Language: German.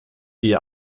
die